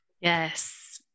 Yes